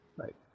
Right